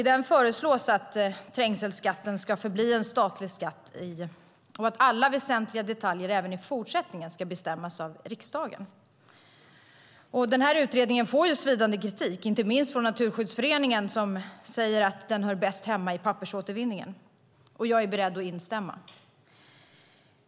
I den föreslås att trängselskatten ska förbli en statlig skatt och att alla väsentliga detaljer även i fortsättningen ska bestämmas av riksdagen. Utredningen får svidande kritik inte minst från Naturskyddsföreningen, som säger att den hör bäst hemma i pappersåtervinningen. Jag är beredd att instämma.